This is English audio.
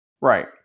Right